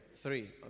Three